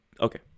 okay